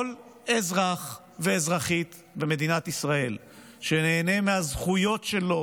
כל אזרח ואזרחית במדינת ישראל שנהנה מהזכויות שלו